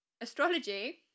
Astrology